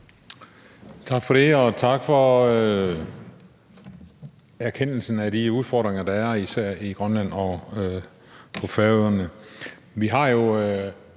Tak for det, og tak for erkendelsen af de udfordringer, der er især i Grønland og på Færøerne.